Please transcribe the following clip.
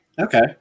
okay